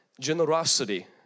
generosity